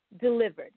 delivered